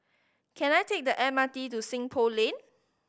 can I take the M R T to Seng Poh Lane